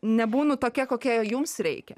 nebūnu tokia kokia jums reikia